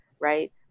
right